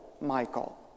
Michael